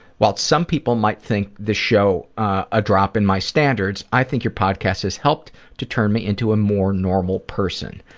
while some people might think this show a drop in my standards, i think your podcast has helped to turn me into a more normal person.